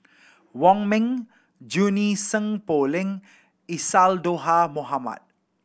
Wong Ming Junie Sng Poh Leng Isadhora Mohamed